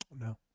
no